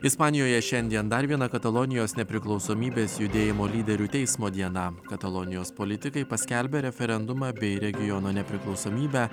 ispanijoje šiandien dar viena katalonijos nepriklausomybės judėjimo lyderių teismo diena katalonijos politikai paskelbė referendumą bei regiono nepriklausomybę